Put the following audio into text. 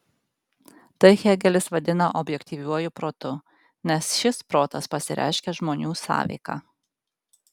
tai hėgelis vadina objektyviuoju protu nes šis protas pasireiškia žmonių sąveika